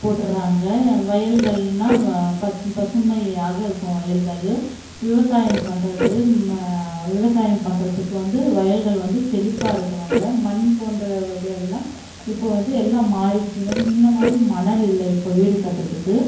போட்டுறாங்க வயல்கள்னா பச் பசுமையாக இருக்கும் வயல்கள் விவசாயம் பண்ணுறது ம விவசாயம் பண்ணுறதுக்கு வந்து வயல்கள் வந்து செழிப்பாக இருக்கணுங்கள் மண் போன்ற வகை எல்லாம் இப்போது வந்து எல்லாம் மாறிடுச்சிங்க முன்ன மாதிரி மணல் இல்லை இப்போ வீடு கட்டுறத்துக்கு